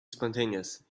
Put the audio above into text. spontaneous